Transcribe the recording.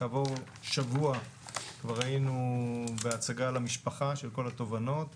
כעבור שבוע כבר היינו בהצגה של כל התובנות למשפחה,